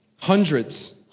Hundreds